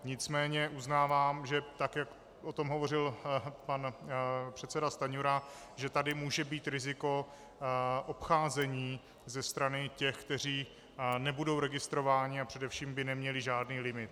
Nicméně uznávám, že tak jak o tom hovořil pan předseda Stanjura, tady může být riziko obcházení ze strany těch, kteří nebudou registrováni a především by neměli žádný limit.